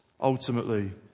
ultimately